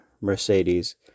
Mercedes